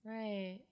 Right